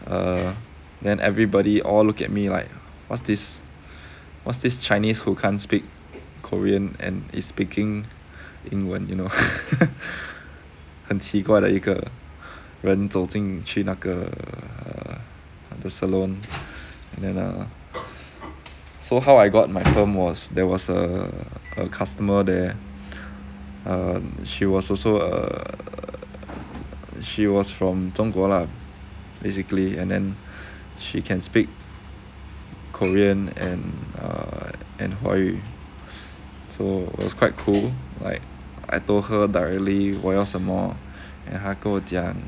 err then everybody all look at me like what's this what's this chinese who can't speak korean and is speaking 英文 you know 很奇怪的一个人走进去那个 err 那个 salon and then err so how I got my perm was there was a a customer there um she was also err she was from 中国 lah basically and then she can speak korean and err and 华语 so it was quite cool like I told her directly 我要什么 then 她跟我讲